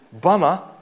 Bummer